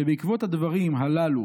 שבעקבות הדברים הללו